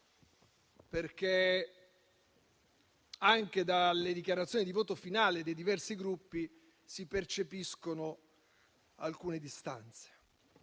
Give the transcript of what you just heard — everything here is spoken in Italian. perché anche dalle dichiarazioni di voto finali dei diversi Gruppi si percepiscono alcune distanze.